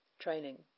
training